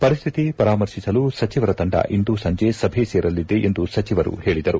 ಪರಿಸ್ತಿತಿ ಪರಾಮರ್ಶಿಗಳು ಸಚಿವರ ತಂಡ ಇಂದು ಸಂಜೆ ಸಭೆ ಸೇರಲಿದೆ ಎಂದು ಸಚಿವರು ಹೇಳಿದರು